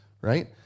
right